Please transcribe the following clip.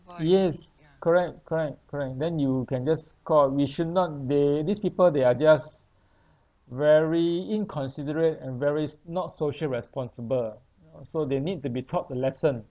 yes correct correct correct then you can just call we should not they these people they are just very inconsiderate and very s~ not social responsible ah so they need to be taught a lesson